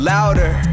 Louder